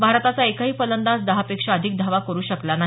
भारताचा एकही फलंदाज दहा पेक्षा अधिक धावा करु शकला नाही